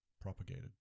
Propagated